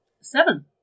Seven